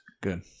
good